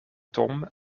tom